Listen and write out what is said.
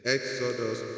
Exodus